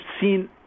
seen